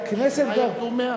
שהכנסת, השנה ירדו 100?